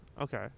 okay